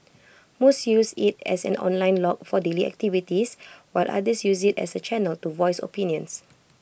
most use IT as an online log for daily activities while others use IT as A channel to voice opinions